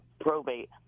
probate